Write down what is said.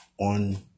on